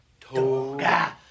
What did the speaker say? Toga